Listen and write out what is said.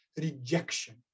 rejection